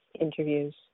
interviews